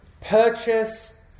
purchase